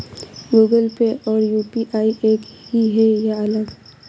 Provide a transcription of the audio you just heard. Google Pay और UPI एक ही है या अलग?